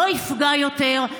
לא יפגעו יותר,